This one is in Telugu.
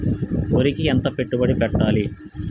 వరికి ఎంత పెట్టుబడి పెట్టాలి?